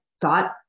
thought